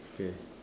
okay